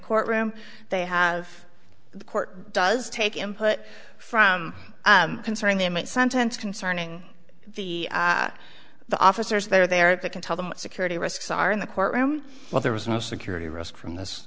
courtroom they have the court does take him put from concerning the inmate sentence concerning the the officers that are there that can tell them what security risks are in the courtroom but there was no security risk from this